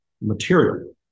material